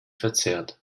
verzerrt